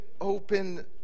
open